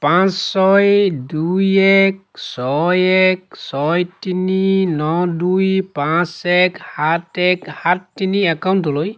পাঁচ ছয় দুই এক ছয় এক ছয় তিনি ন দুই পাঁচ এক সাত এক সাত তিনি একাউণ্টলৈ